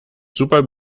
super